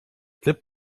klipp